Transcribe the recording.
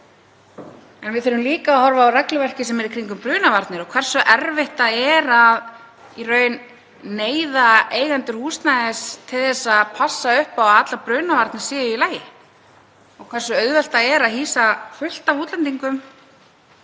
En við þurfum líka að horfa á regluverkið sem er í kringum brunavarnir og hversu erfitt það er í raun að neyða eigendur húsnæðis til að passa upp á að allar brunavarnir séu í lagi og hversu auðvelt það er að hýsa fullt af útlendingum